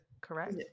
correct